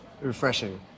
Refreshing